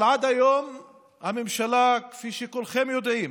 אבל עד היום הממשלה, כפי שכולכם יודעים,